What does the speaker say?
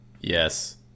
yes